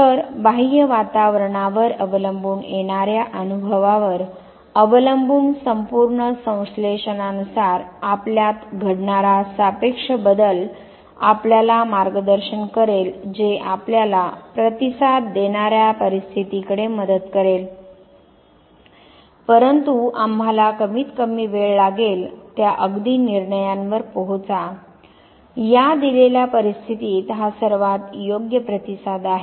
तर बाह्य वातावरणावर अवलंबून येणाऱ्या अनुभवावर अवलंबून संपूर्ण संश्लेषणानुसार आपल्यात घडणारा सापेक्ष बदल आपल्याला मार्गदर्शन करेल जे आपल्याला प्रतिसाद देणार्या परिस्थिती कडे मदत करेल परंतु आम्हाला कमीतकमी वेळ लागेल त्या अगदी निर्णयांवर पोहोचा या दिलेल्या परिस्थितीत हा सर्वात योग्य प्रतिसाद आहे